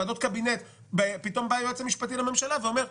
ועדות קבינט פתאום בא היועץ המשפטי לממשלה ואומר: